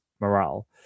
morale